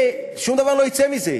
ושום דבר לא יצא מזה.